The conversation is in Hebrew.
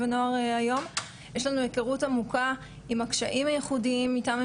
ואנחנו רואים את העלייה הניכרת בתופעה,